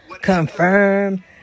confirm